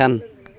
थाम